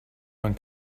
man